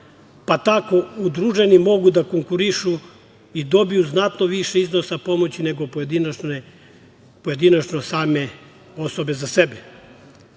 pa tako udruženi mogu da konkurišu i dobiju znatno više iznosa pomoći nego pojedinačno same osobe za sebe. Sa